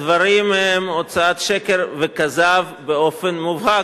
הדברים הם הוצאת שקר וכזב באופן מובהק,